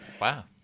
Wow